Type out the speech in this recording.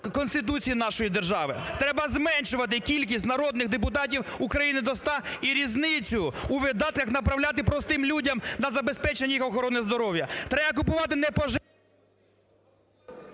Конституції нашої держави, треба зменшувати кількість народних депутатів України до ста і різницю у видатках направляти простим людям на забезпечення їх охорони здоров'я. Треба купувати не…